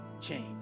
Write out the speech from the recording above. Change